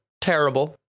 terrible